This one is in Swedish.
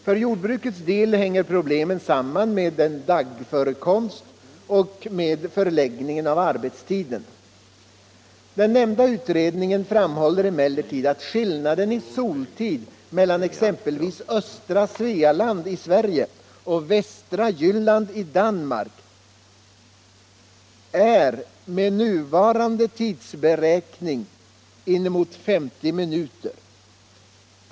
För jordbrukets del hänger problemen samman bl.a. med daggförekomsten och förläggningen av arbetstiden. Den nämnda utredningen framhåller emellertid att skillnaden i soltid mellan exempelvis östra Svealand i Sverige och östra Jylland i Danmark är med nuvarande tidsberäkning inemot 50 minuter.